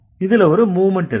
இதுல ஒரு மூவ்மெண்ட் இருக்கு